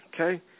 okay